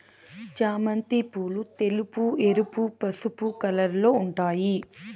చామంతి పూలు తెలుపు, ఎరుపు, పసుపు కలర్లలో ఉంటాయి